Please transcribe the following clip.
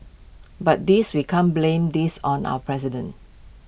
but this we can't blame this on our president